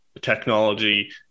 technology